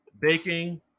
baking